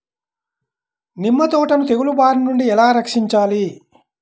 నిమ్మ తోటను తెగులు బారి నుండి ఎలా రక్షించాలి?